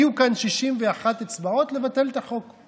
יהיו כאן 61 אצבעות לבטל את החוק.